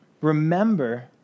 Remember